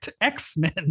x-men